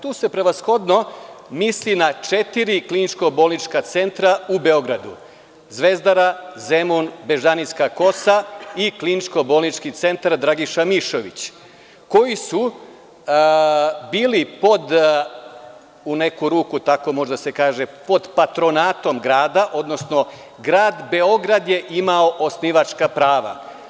To se prevashodno misli na četiri kliničko bolnička centra u Beogradu – Zvezdara, Zemun, Bežanijska Kosa i Kliničko bolnički centar „Dragiša Mišović“; koji su bili pod, u neku ruku tako može da se kaže, pod patronatom grada, odnosno grad Beograd je imao osnivačka prava.